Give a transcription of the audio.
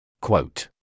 Quote